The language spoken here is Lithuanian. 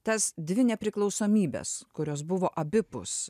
tas dvi nepriklausomybes kurios buvo abipus